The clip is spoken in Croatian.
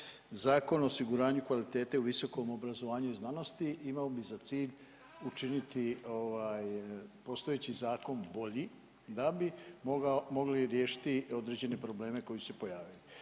Zakon o osiguranju kvalitete u visokom obrazovanju i znanosti imao bi za cilj učiniti postojeći zakon bolji, da bi mogli riješiti određene probleme koji će se pojaviti.